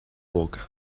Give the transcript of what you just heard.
boca